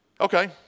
Okay